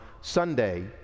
Sunday